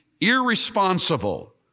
irresponsible